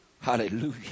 Hallelujah